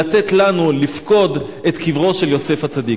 לתת לנו לפקוד את קברו של יוסף הצדיק.